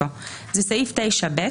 זה סעיף 9(ב),